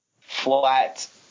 flat